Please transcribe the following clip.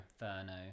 inferno